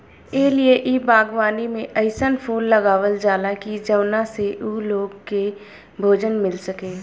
ए लिए इ बागवानी में अइसन फूल लगावल जाला की जवना से उ लोग के भोजन मिल सके